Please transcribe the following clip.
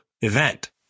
event